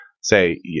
say